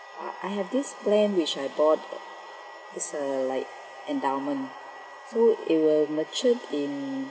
I I have this plan which I bought uh it's a like endowment so it will mature in